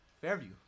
Fairview